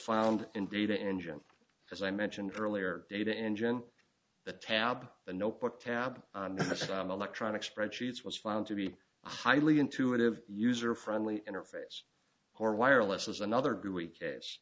found in data engine as i mentioned earlier data engine the tab the notebook tab electronic spreadsheets was found to be highly intuitive user friendly interface or wireless was another good we